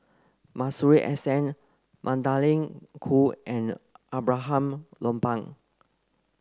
Masuri S N Magdalene Khoo and Abraham Lopan